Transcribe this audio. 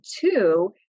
two